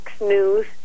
News